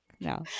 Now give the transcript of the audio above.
no